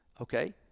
Okay